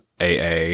AA